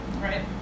right